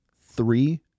three